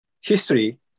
history